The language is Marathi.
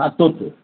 हां तो तोच